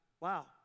Wow